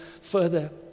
further